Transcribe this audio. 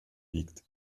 wiegt